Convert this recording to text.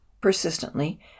persistently